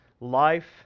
life